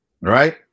right